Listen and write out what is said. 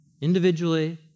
individually